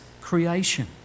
creation